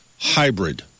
hybrid